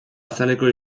azaleko